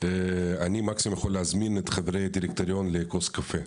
ואני מקסימום יכול להזמין את חברי הדירקטוריון לכוס קפה,